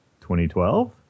2012